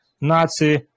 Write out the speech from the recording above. Nazi